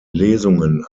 lesungen